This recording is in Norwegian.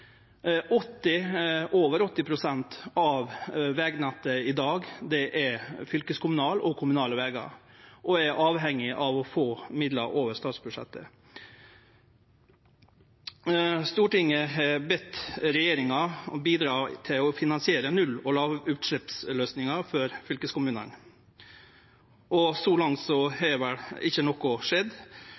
Over 80 pst. av vegnettet er i dag fylkeskommunale og kommunale vegar og er avhengige av å få midlar over statsbudsjettet. Stortinget har bedt regjeringa bidra til å finansiere null- og lågutsleppsløysingar for fylkeskommunane. Så langt har vel ikkje noko skjedd,